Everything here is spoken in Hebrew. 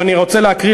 אבל אני רוצה להקריא,